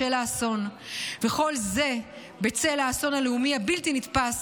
בשל האסון וכל זה בצל האסון הלאומי הבלתי-נתפס,